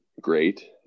great